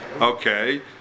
Okay